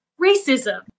racism